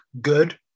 good